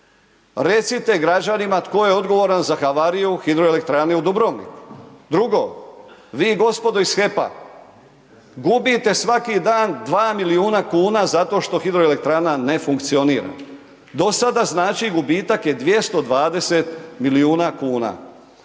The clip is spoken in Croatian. recite građanima, tko je odgovoran za havariju, hidroelektrane u Dubrovniku? Drugo, vi gospodo iz HEP-a, gubite svaki dan 2 milijuna kuna, zato što hidroelektrana ne funkcionira. Dosada znači gubitak je 220 milijuna kuna.